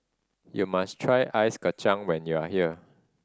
you must try Ice Kachang when you are here